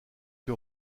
que